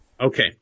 Okay